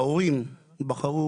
ההורים בחרו